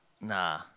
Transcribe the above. Nah